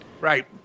right